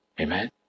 Amen